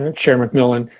and chair mcmillan.